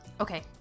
Okay